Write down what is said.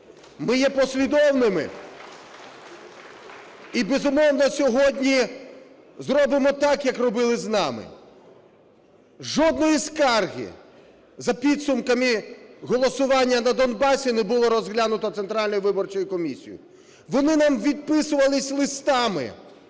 Ми є послідовними, і, безумовно, сьогодні зробимо так, як робили з нами. Жодної скарги за підсумками голосування на Донбасі не було розглянуто Центральною виборчою комісією. Вони нам відписувалися листами.